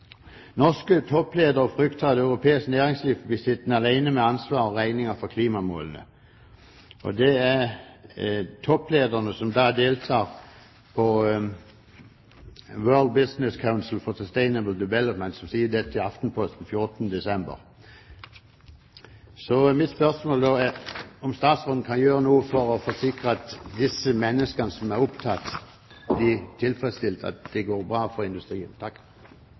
Norske toppledere frykter at europeisk næringsliv blir sittende alene med ansvaret og regningen for klimamålene. Dette sier topplederne som deltok på World Business Council for Sustainable Development, til Aftenposten den 14. desember 2009. Så mitt spørsmål er om statsråden kan gjøre noe for å forsikre de menneskene som er opptatt av dette, om at det går bra for industrien.